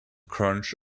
crunch